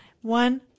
one